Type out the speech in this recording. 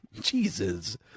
jesus